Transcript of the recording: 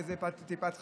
וזה טיפת חלב,